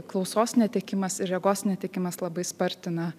klausos netekimas ir regos netekimas labai spartina